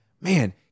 man